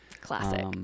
Classic